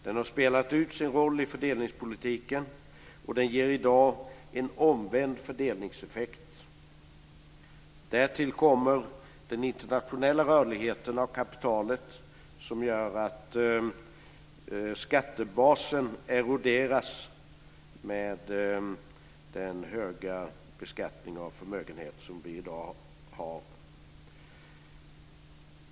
Den har spelat ut sin roll i fördelningspolitiken, och den ger i dag en omvänd fördelningseffekt. Därtill kommer den internationella rörligheten av kapitalet som gör att skattebasen eroderas med den höga beskattningen av förmögenhet som vi i dag har.